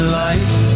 life